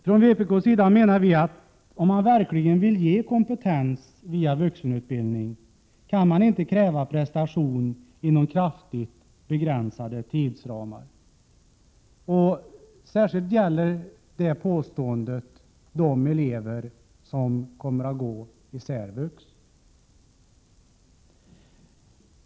Från vpk:s sida menar vi att om man verkligen vill ge kompetens via vuxenutbildning, kan man inte kräva prestation inom kraftigt begränsade tidsramar. Särskilt gäller det påståendet de elever som kommer att gå i särvux.